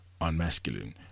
unmasculine